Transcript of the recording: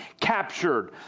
captured